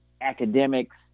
academics